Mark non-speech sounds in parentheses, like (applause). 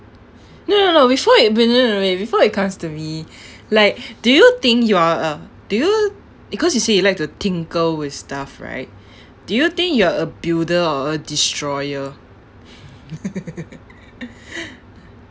no no no before you no no wait before it comes to me (breath) like do you think you are a do you because you say you like to tinker with stuff right (breath) do you think you are a builder or a destroyer (laughs) (breath)